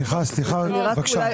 סליחה, סליחה, בבקשה.